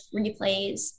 replays